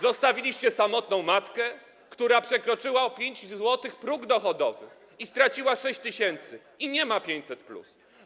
Zostawiliście samotną matkę, która przekroczyła o 5 zł próg dochodowy, straciła 6 tys. i nie ma 500+.